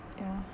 ya